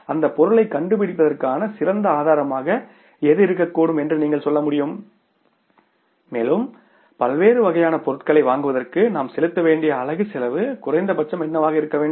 அந்த பொருளைக் கண்டுபிடிப்பதற்கான சிறந்த ஆதாரமாக எது இருக்கக்கூடும் என்று நீங்கள் சொல்லமுடியும் மேலும் பல்வேறு வகையான பொருட்களை வாங்குவதற்கு நாம் செலுத்த வேண்டிய அலகு செலவு குறைந்தபட்சம் என்னவாக இருக்க வேண்டும்